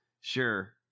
Sure